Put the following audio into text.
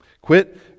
Quit